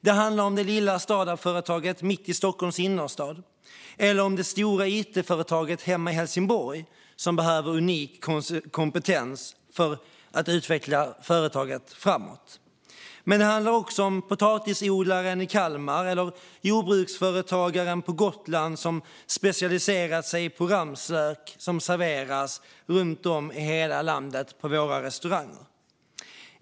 Det handlar om det lilla företaget mitt i Stockholms innerstad eller om det stora it-företaget hemma i Helsingborg, som behöver unik kompetens för att utveckla företagen framåt. Men det handlar också om potatisodlaren i Kalmar eller om jordbruksföretagaren på Gotland som specialiserat sig på ramslök, som serveras runt om i hela landet på våra restauranger.